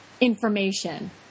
information